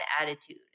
attitude